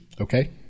Okay